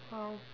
!wow!